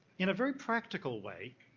in a very practical way,